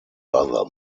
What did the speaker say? bother